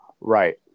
Right